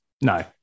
No